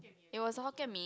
it was a Hokkien-Mee